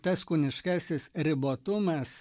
tas kūniškasis ribotumas